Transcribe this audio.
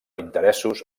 interessos